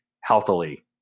healthily